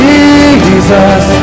Jesus